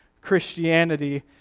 Christianity